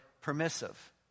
permissive